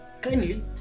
kindly